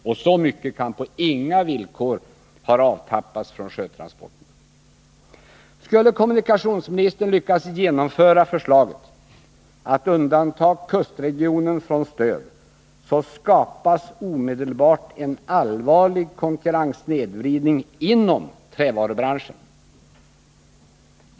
Och så mycket kan på inga villkor ha avtappats från sjötransport. Skulle kommunikationsministern lyckas genomföra förslaget att undanta kustregionen från stöd, skapas omedelbart en allvarlig konkurrenssnedvridning inom trävarubranschen.